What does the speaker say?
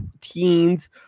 teens